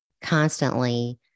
constantly